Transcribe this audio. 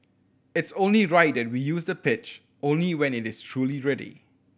it's only right that we use the pitch only when it is truly ready